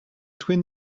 twin